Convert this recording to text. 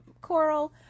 coral